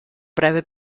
breve